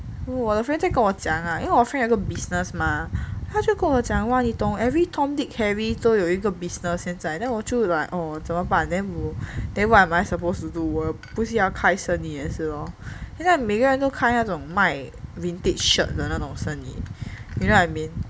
我的 friend 在跟我讲啊因为我的 friend 有一个 business mah 他就跟我讲哇你懂 every tom dick and harry 都有一个 business 现在 then 我就 like orh 怎么办 then 我 then what am I supposed to do 我不是要开生意也是咯现在每个人都开那种买 vintage shirt 的那种生意 you know what I mean